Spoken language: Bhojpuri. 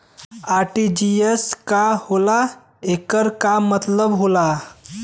आर.टी.जी.एस का होला एकर का मतलब होला?